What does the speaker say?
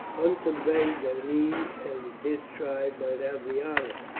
unser begged that he and his tribe might have the honour,